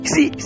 See